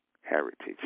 heritage